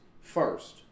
first